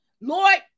Lord